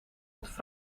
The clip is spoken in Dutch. het